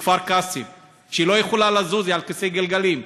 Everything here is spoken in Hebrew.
בכפר-קאסם, שלא יכולה לזוז, היא על כיסא גלגלים,